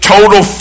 total